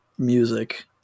music